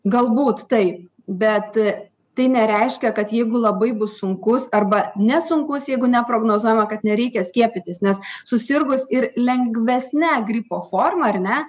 galbūt taip bet tai nereiškia kad jeigu labai bus sunkus arba nesunkus jeigu neprognozuojama kad nereikia skiepytis nes susirgus ir lengvesne gripo forma ar ne